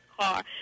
car